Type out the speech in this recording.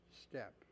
step